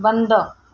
बंद